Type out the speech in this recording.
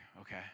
okay